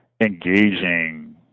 engaging